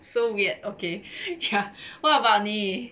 so weird okay ya what about 你